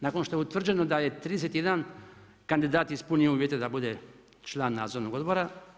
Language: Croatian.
Nakon što je utvrđeno da je 31 kandidat ispunio uvjete da bude član nadzornog odbora.